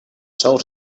told